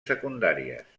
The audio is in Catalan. secundàries